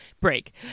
break